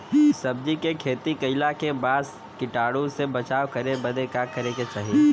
सब्जी के खेती कइला के बाद कीटाणु से बचाव करे बदे का करे के चाही?